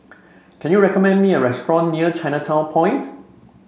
can you recommend me a restaurant near Chinatown Point